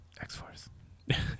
X-Force